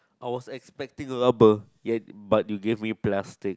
I was expecting rubber yet but you gave me plastic